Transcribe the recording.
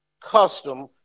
custom